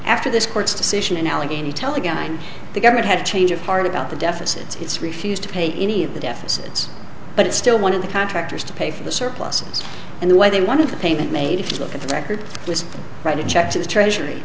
after this court's decision in allegheny tell again i'm the government had a change of heart about the deficit it's refused to pay any of the deficits but it's still one of the contractors to pay for the surpluses in the way they want to the payment made if you look at the record with the write a check to the treasury